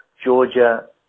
Georgia